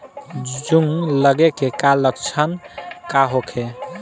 जूं लगे के का लक्षण का होखे?